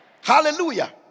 Hallelujah